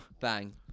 bang